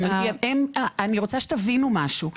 אני רוצה שתבינו משהו.